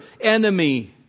enemy